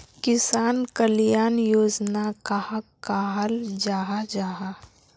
किसान कल्याण योजना कहाक कहाल जाहा जाहा?